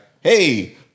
hey